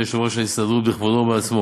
על-ידי יושב-ראש ההסתדרות בכבודו ובעצמו.